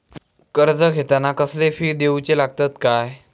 कर्ज घेताना कसले फी दिऊचे लागतत काय?